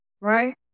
Right